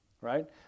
Right